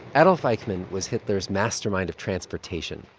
adolf eichmann was hitler's mastermind of transportation.